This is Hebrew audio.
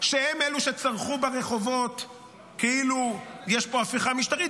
הם אלה שצרחו ברחובות כאילו יש פה הפיכה משטרית.